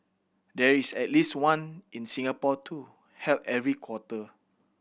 there is at least one in Singapore too held every quarter